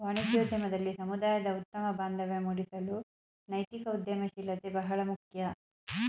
ವಾಣಿಜ್ಯೋದ್ಯಮದಲ್ಲಿ ಸಮುದಾಯದ ಉತ್ತಮ ಬಾಂಧವ್ಯ ಮೂಡಿಸಲು ನೈತಿಕ ಉದ್ಯಮಶೀಲತೆ ಬಹಳ ಮುಖ್ಯ